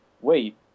wait